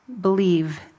believe